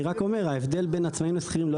אבל אני רק אומר שההבדל בין עצמאים לשכירים לא